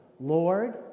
Lord